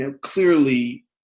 clearly